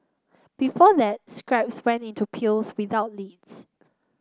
before that scraps went into without lids